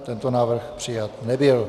Tento návrh přijat nebyl.